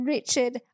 Richard